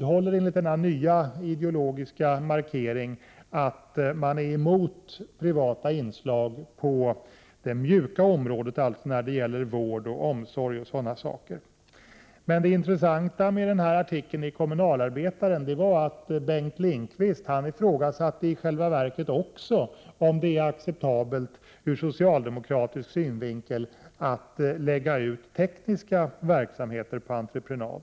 enligt den nya ideologiska markeringen vidhåller man att man är emot privata inslag på det ”mjuka” området, dvs. när det gäller vård och omsorg. Det intressanta med artikeln i Kommunalarbetaren var att Bengt Lindqvist också ifrågasatte om det ur socialdemokratisk synvinkel är acceptabelt att lägga ut tekniska verksamheter på entreprenad.